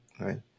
right